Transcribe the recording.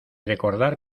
recordar